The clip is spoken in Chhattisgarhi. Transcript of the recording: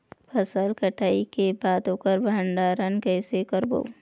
फसल कटाई के बाद ओकर भंडारण कइसे करबो?